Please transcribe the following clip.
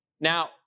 Now